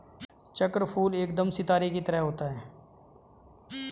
चक्रफूल एकदम सितारे की तरह होता है